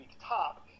top